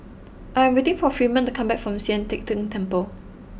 I am waiting for Freeman to come back from Sian Teck Tng Temple